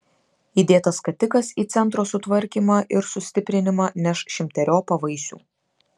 įdėtas skatikas į centro sutvarkymą ir sustiprinimą neš šimteriopą vaisių